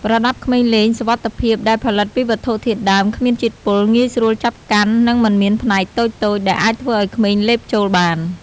ប្រដាប់ក្មេងលេងសុវត្ថិភាពដែលផលិតពីវត្ថុធាតុដើមគ្មានជាតិពុល ងាយស្រួលចាប់កាន់ និងមិនមានផ្នែកតូចៗដែលអាចធ្វើឲ្យក្មេងលេបចូលបាន។